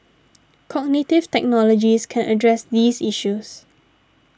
cognitive technologies can address these issues